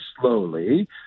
slowly